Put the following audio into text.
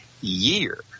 year